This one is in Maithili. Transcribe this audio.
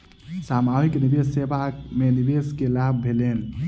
सामूहिक निवेश सेवा में निवेशक के लाभ भेलैन